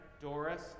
Doris